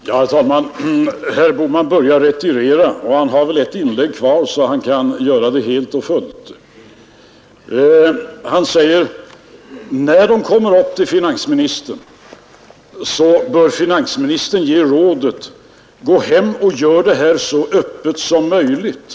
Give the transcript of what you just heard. Herr talman! Herr Bohman börjar retirera, och han har väl ett inlägg kvar så att han kan göra det helt och fullt. Han sade: När företagare kommer upp till finansministern, bör finansministern ge dem rådet att gå hem och föra diskussionen så öppet som möjligt.